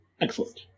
Excellent